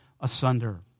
asunder